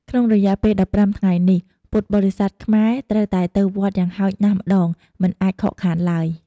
ក្នុងរយៈពេល ១៥ថ្ងៃនេះ ពុទ្ធបរិស័ទខ្មែរត្រូវតែទៅវត្តយ៉ាងហោចណាស់ម្ដង មិនអាចខកខានឡើយ។